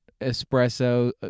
espresso